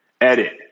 Edit